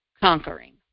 conquering